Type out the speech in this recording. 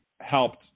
helped